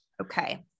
Okay